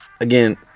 again